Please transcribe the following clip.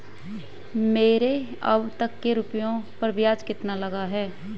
मेरे अब तक के रुपयों पर ब्याज कितना लगा है?